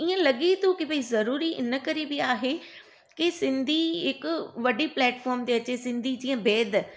ईअं लॻे थो की भाई ज़रूरी इन करे बि आहे की सिंधी हिक वॾी प्लेटफॉर्म ते अचे सिंधी जीअं बैदि